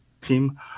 team